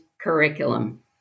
curriculum